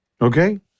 okay